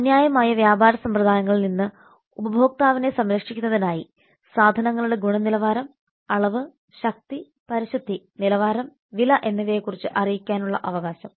അന്യായമായ വ്യാപാര സമ്പ്രദായങ്ങളിൽ നിന്ന് ഉപഭോക്താവിനെ സംരക്ഷിക്കുന്നതിനായി സാധനങ്ങളുടെ ഗുണനിലവാരം അളവ് ശക്തി പരിശുദ്ധി നിലവാരം വില എന്നിവയെക്കുറിച്ച് അറിയിക്കാനുള്ള അവകാശം